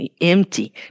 empty